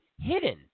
hidden